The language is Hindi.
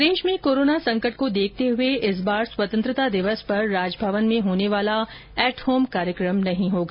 प्रदेश में कोरोना संकट को देखते हुए इस बार स्वतंत्रता दिवस पर राजभवन में होने वाला एटहोम कार्यक्रम नहीं होगा